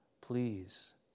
Please